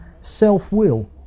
self-will